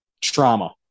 trauma